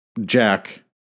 Jack